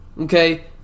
Okay